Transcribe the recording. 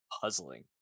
puzzling